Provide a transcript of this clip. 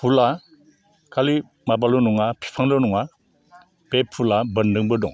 फुलआ खालि माबाल' नङा फिफांल' नङा बे फुलआ बोन्दोंबो दं